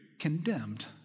condemned